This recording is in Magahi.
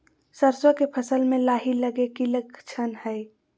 सरसों के फसल में लाही लगे कि लक्षण हय?